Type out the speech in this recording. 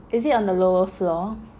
is it on the lower floor